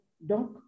donc